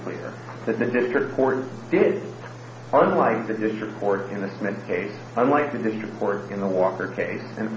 clear that the district court did unlike the district court in the smith case unlike the district court in the walker case and